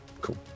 Cool